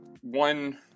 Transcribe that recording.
one